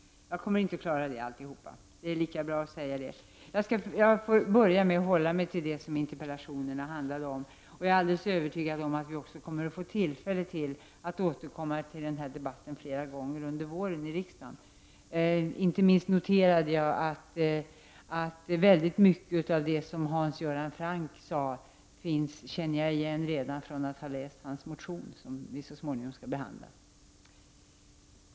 Jag kommer inte att klara av allt detta. Det är lika bra att säga det. Jag får till att börja med hålla mig till det som interpellationerna handlar om. Jag är dessutom alldeles övertygad om att vi kommer att få tillfälle att återkomma till denna debatt i riksdagen flera gånger under våren. Väldigt mycket av det som Hans Göran Franck sade kände jag igen från hans motion, vilken så småningom skall behandlas.